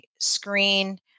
screen